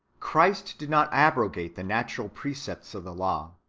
christ did not abrogate the natural precepts of the law,